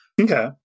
Okay